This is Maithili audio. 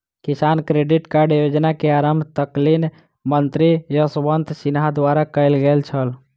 किसान क्रेडिट कार्ड योजना के आरम्भ तत्कालीन मंत्री यशवंत सिन्हा द्वारा कयल गेल छल